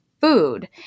food